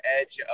edge